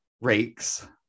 rakes